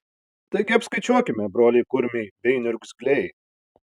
taigi apskaičiuokime broliai kurmiai bei niurzgliai